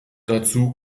dazu